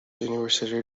universally